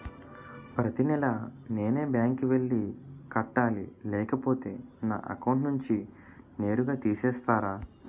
ప్రతి నెల నేనే బ్యాంక్ కి వెళ్లి కట్టాలి లేకపోతే నా అకౌంట్ నుంచి నేరుగా తీసేస్తర?